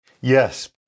Yes